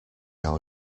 our